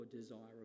desirable